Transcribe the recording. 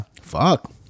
fuck